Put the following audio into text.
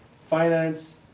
finance